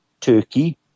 turkey